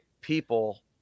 people